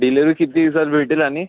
delivery किती दिवसात भेटेल आणि